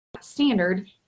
standard